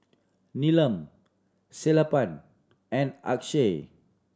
Neelam Sellapan and Akshay